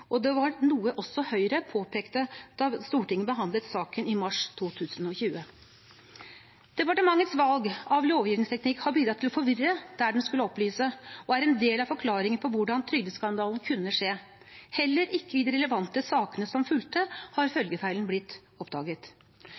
og det var noe også Høyre påpekte da Stortinget behandlet saken i mars 2020. Departementets valg av lovgivningsteknikk har bidratt til å forvirre der den skulle opplyse, og det er en del av forklaringen på hvordan trygdeskandalen kunne skje. Heller ikke i de relevante sakene som fulgte, har følgefeilen blitt oppdaget.